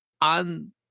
on